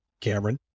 Cameron